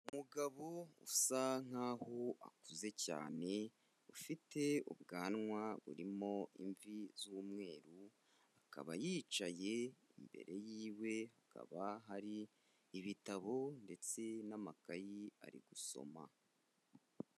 Umugabo usa nk'aho akuze cyane ufite ubwanwa burimo imvi z'umweru, akaba yicaye imbere yiwe hakaba hari ibitabo ndetse n'amakayi ari gusoma.